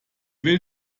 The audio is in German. will